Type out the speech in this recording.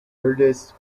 earliest